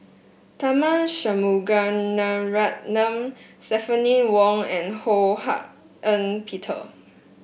Tharman Shanmugaratnam Stephanie Wong and Ho Hak Ean Peter